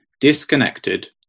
disconnected